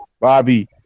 Bobby